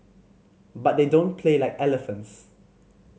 but they don't play like elephants